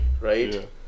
right